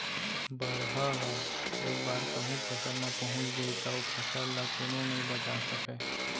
बरहा ह एक बार कहूँ फसल म पहुंच गे त ओ फसल ल कोनो नइ बचा सकय